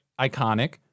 iconic